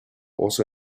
also